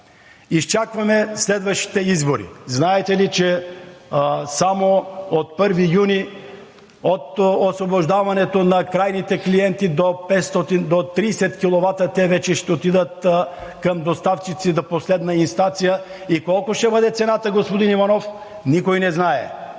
Изчакваме следващите избори. Знаете ли, че само от 1 юни от освобождаването на крайните клиенти до 30 киловата те вече ще отидат към доставчици от последна инстанция. И колко ще бъде цената, господин Иванов? Никой не знае.